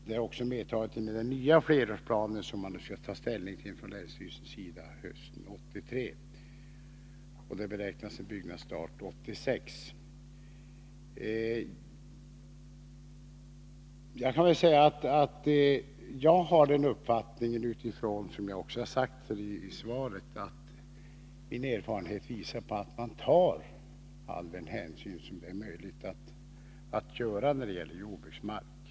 Det är också medtaget i de nya flerårsplaner som länsstyrelserna skall ta ställning till hösten 1983 och där byggnadsstart beräknas ske 1986. Som jag sade i svaret visar min erfarenhet att vägverket tar all den hänsyn som är möjlig att ta när det gäller jordbruksmark.